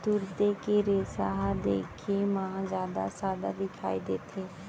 तुरते के रेसा ह देखे म जादा सादा दिखई देथे